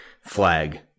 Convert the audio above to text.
Flag